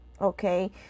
okay